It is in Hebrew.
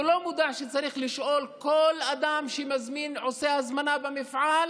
והוא לא מודע לכך שצריך לשאול כל אדם שעושה הזמנה במפעל: